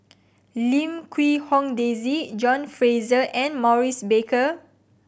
Lim Quee Hong Daisy John Fraser and Maurice Baker